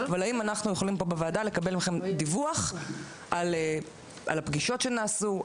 השאלה אם אנחנו יכולים פה בוועדה לקבל מכם דיווח על הפגישות שנעשו,